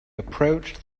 approached